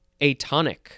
atonic